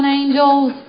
angels